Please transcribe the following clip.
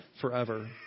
forever